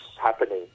happening